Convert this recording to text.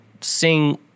sing